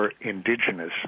indigenous